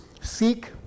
seek